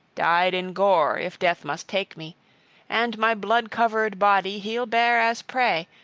dyed in gore, if death must take me and my blood-covered body he'll bear as prey,